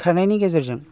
खारनायनि गेजेरजों